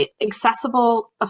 accessible